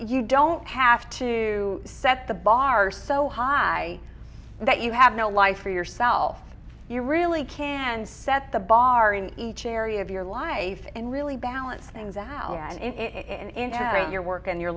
you don't have to set the bar so high that you have no life for yourself you really can set the bar in each area of your life and really balance things out into your work and your